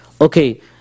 okay